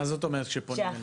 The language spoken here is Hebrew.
מה זאת אומרת כשפונים?